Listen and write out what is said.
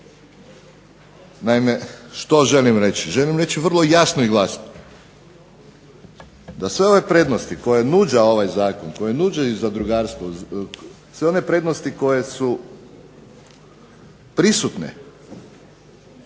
Naime, što želim reći? Želim reći vrlo jasno i glasno da sve ove prednosti koje nuđa ovaj zakon koje nuđa ovaj zadrugarstvo, sve one prednosti koje su prisutne